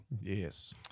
Yes